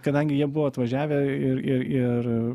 kadangi jie buvo atvažiavę ir ir ir